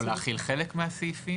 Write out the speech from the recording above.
או להחיל חלק מהסעיפים?